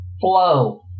flow